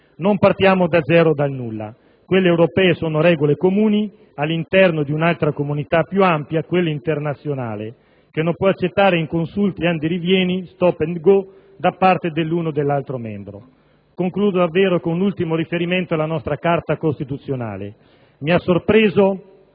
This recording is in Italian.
Non partiamo da zero o dal nulla. Quelle europee sono regole comuni all'interno di un'altra comunità più ampia, quella internazionale, che non può accettare inconsulti andirivieni, *stop and go*, da parte dell'uno o dell'altro membro. Concludo davvero con un ultimo riferimento alla nostra Carta costituzionale. Mi ha sorpreso